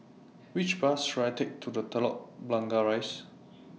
Which Bus should I Take to The Telok Blangah Rise